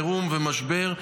חירום ומשבר,